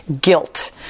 guilt